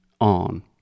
on